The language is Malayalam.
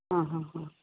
ആ ഹാ ഹാ